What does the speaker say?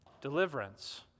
Deliverance